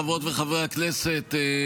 חברות וחברי הכנסת,